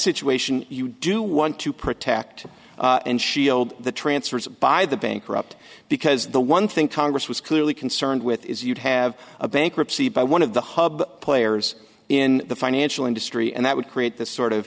situation you do want to protect and shield the transfers by the bankrupt because the one thing congress was clearly concerned with is you'd have a bankruptcy by one of the hub players in the financial industry and that would create this sort of